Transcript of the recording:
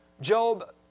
Job